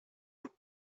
would